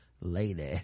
lady